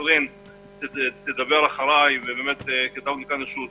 אחרי מה